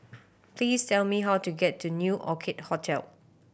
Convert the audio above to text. please tell me how to get to New Orchid Hotel